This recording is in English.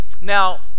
now